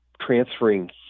transferring